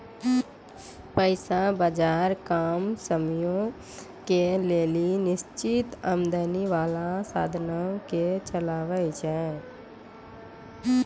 पैसा बजार कम समयो के लेली निश्चित आमदनी बाला साधनो के चलाबै छै